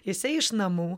jisai iš namų